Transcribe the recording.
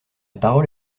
parole